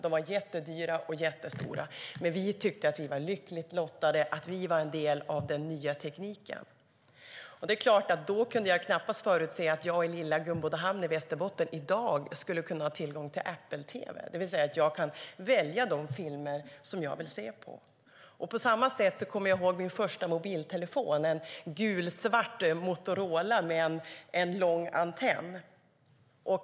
De var jättedyra och jättestora, men vi tyckte att vi var lyckligt lottade att vara en del av den nya tekniken. Det är klart att jag då knappast kunde förutse att jag i lilla Gumbodahamn i Västerbotten skulle kunna ha tillgång till Apple-tv i dag, det vill säga att jag kan välja de filmer jag vill se på. På samma sätt kommer jag ihåg min första mobiltelefon, en gulsvart Motorola med en lång antenn.